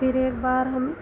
फिर एक बार हम